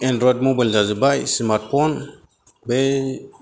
android mobile जाजोबबाय smartphone बे